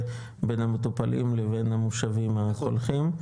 בין המטופלים לבין המושבים הקולחים,